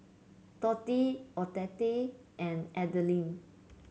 Dottie Odette and Adelyn